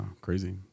crazy